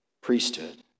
priesthood